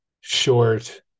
short